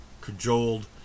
cajoled